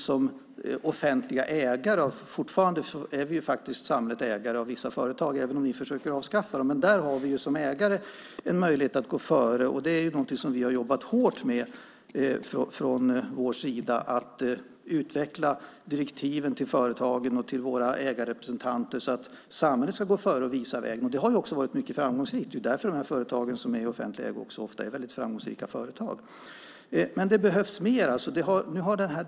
Som offentliga ägare - fortfarande är samhället ägare av vissa företag, även om alliansen försöker avskaffa det - har vi möjlighet att gå före. Vi har från vår sida jobbat hårt med att utveckla direktiven till företagen och till våra ägarrepresentanter så att samhället kan gå före och visa vägen. Det har varit mycket framgångsrikt. Det är därför företagen i offentlig ägo ofta är väldigt framgångsrika. Det behöver emellertid göras mer.